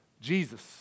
Jesus